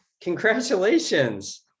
Congratulations